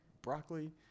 Broccoli